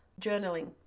journaling